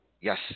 Yes